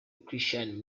christian